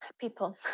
people